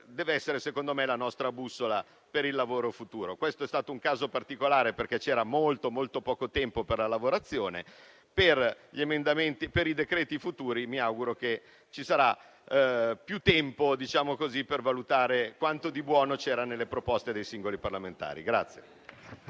deve essere - secondo me - la nostra bussola per il lavoro futuro. Questo è stato un caso particolare, perché c'era pochissimo tempo per lavorare. Per i decreti futuri, mi auguro che ci sarà più tempo per valutare quanto c'è di buono nelle proposte dei singoli parlamentari.